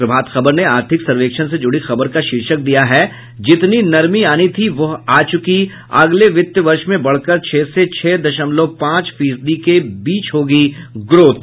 प्रभात खबर ने आर्थिक सर्वेक्षण से जुड़ी खबर का शीर्षक दिया है जितनी नरमी आनी थी वह आ चुकी है अगले वित्त वर्ष में बढ़कर छह से छह दशमलव पांच फीसदी के बीच होगी ग्रोथ